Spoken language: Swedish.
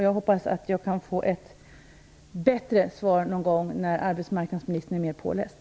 Jag hoppas att jag kan få ett bättre svar när arbetsmarknadsministern är mer påläst.